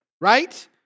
right